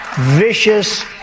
vicious